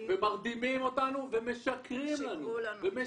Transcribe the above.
מרדימים אותנו ומשקרים לנו.